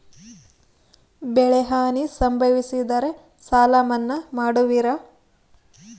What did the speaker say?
ಬೆಳೆಹಾನಿ ಸಂಭವಿಸಿದರೆ ಸಾಲ ಮನ್ನಾ ಮಾಡುವಿರ?